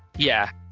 yeah